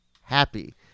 happy